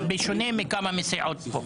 בשונה מכמה סיעות פה.